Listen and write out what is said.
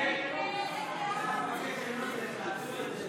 הצבעה מס' 53